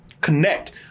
connect